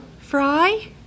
Fry